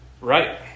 Right